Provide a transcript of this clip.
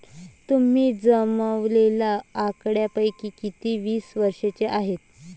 तुम्ही जमवलेल्या आकड्यांपैकी किती वीस वर्षांचे आहेत?